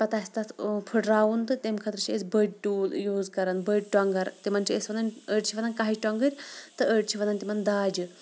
پَتہٕ آسہِ تَتھ پھٕٹراوُن تہٕ تیٚمہِ خٲطرٕ چھِ أسۍ بٔڈۍ ٹوٗل یوٗز کَران بٔڈۍ ٹۄنٛگَر تِمَن چھِ أسۍ وَنان أڑۍ چھِ وَنان کَہہِ ٹۄنٛگٕرۍ تہٕ أڑۍ چھِ وَنان تِمَن داجہِ